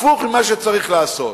הפוך ממה שצריך לעשות.